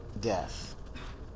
death